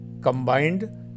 combined